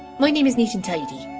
my name is neat'n tidy.